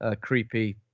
creepy